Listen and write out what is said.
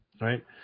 Right